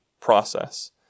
process